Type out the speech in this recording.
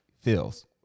feels